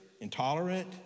intolerant